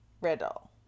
Riddle